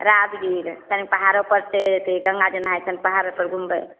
राजगीर तनि पहाड़ोपर चैढ़ती गंगाजी नहैयती तनि पहाड़ोपर घुमबय